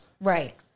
Right